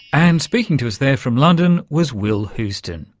and speaking to us there from london was will houstoun.